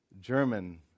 German